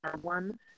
one